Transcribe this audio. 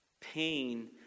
Pain